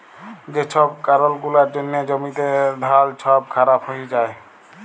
যে ছব কারল গুলার জ্যনহে জ্যমিতে ধাল ছব খারাপ হঁয়ে যায়